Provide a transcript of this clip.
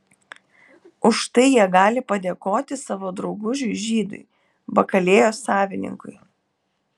už tai jie gali padėkoti savo draugužiui žydui bakalėjos savininkui